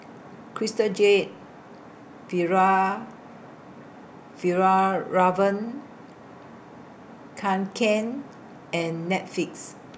Crystal Jade Fjallraven Kanken and Netflix